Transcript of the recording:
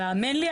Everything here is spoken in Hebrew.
והאמן לי,